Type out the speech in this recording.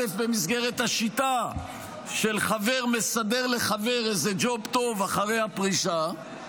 במסגרת השיטה של חבר מסדר לחבר איזה ג'וב טוב אחרי הפרישה,